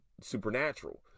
supernatural